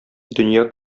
дөнья